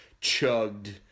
chugged